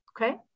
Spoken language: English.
okay